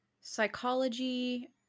psychology